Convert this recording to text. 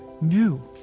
new